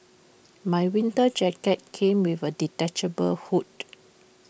my winter jacket came with A detachable hood